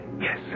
Yes